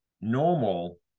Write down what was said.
normal